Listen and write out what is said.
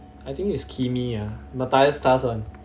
I think it is kimi ah matthias stars one